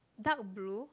dark blue